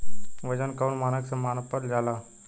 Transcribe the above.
वजन कौन मानक से मापल जाला?